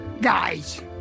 guys